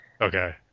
Okay